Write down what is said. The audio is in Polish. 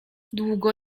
długo